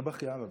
אני יודע ערבית.